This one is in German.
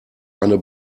eine